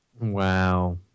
Wow